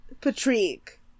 Patrick